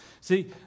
See